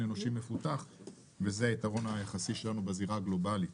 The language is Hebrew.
אנושי מפותח וזה היתרון היחסי שלנו בזירה הגלובאלית.